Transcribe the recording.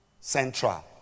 Central